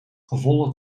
gevolgd